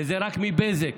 רק מבזק.